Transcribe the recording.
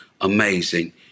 amazing